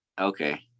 Okay